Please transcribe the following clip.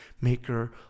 maker